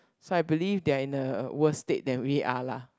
so I believe they are in a worse state than we are lah